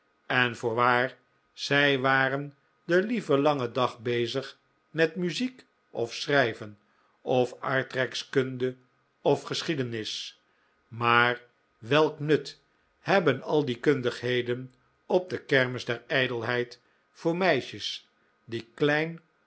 en voorwaar zij waren den lieve langen dag bezig met muziek of schrijven of aardrijkskunde of geschiedenis maar welk nut hebben al die kundigheden op de kermis der ijdelheid voor meisjes die